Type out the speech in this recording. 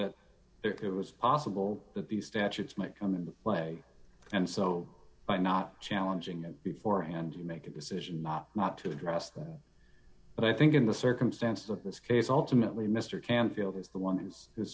that it was possible that these statutes might come into play and so by not challenging it before and you make a decision not not to address that but i think in the circumstances of this case ultimately mr canfield is the one who's is